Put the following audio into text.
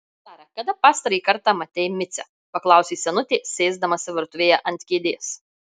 sara kada pastarąjį kartą matei micę paklausė senutė sėsdamasi virtuvėje ant kėdės